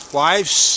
wives